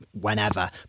whenever